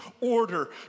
order